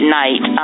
night